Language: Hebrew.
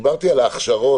כשדיברתי על ההכשרות,